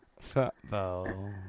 Football